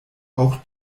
auch